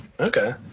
Okay